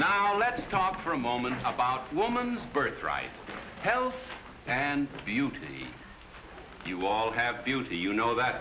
now let's talk for a moment about woman's birthright health and beauty you all have beauty you know that